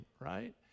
right